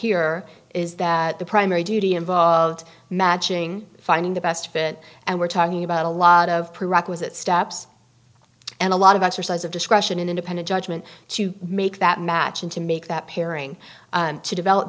here is that the primary duty involved matching finding the best fit and we're talking about a lot of prerequisite steps and a lot of exercise of discretion in independent judgment to make that match and to make that pairing to develop